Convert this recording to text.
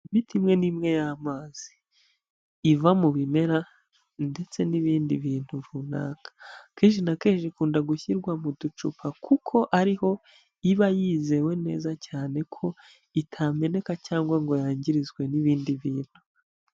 Imiti imwe n'imwe y'amazi, iva mu bimera ndetse n'ibindi bintu runaka. Kenshi na kenshi ikunda gushyirwa mu ducupa kuko ariho iba yizewe neza, cyane ko itameneka cyangwa ngo yangirizwe n'ibindi bintu.